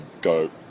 go